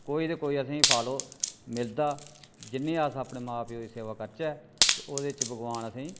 कोई ते कोई असें गी फल ओह् मिलदा जिन्नी अस अपने मां प्यो दी सेवा करचै ते ओह्दे च भगोआन असें गी